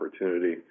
opportunity